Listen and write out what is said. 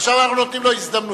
עכשיו אנחנו נותנים לו הזדמנות.